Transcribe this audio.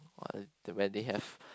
[wah] where they have